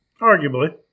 Arguably